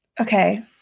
okay